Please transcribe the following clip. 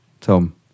Tom